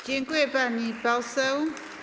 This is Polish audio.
Dziękuję, pani poseł.